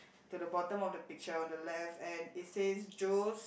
to the bottom of the picture on the left and it says Joe's